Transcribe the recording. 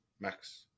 max